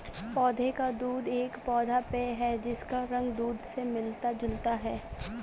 पौधे का दूध एक पौधा पेय है जिसका रंग दूध से मिलता जुलता है